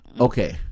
Okay